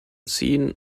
ziehen